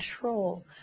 control